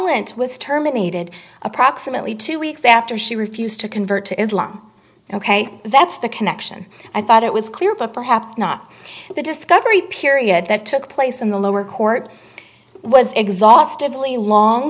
llant was terminated approximately two weeks after she refused to convert to islam ok that's the connection i thought it was clear but perhaps not the discovery period that took place in the lower court was exhaustedly long